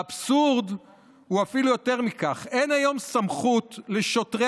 האבסורד הוא אפילו יותר מכך: אין היום סמכות לשוטרי